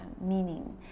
meaning